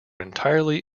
entirely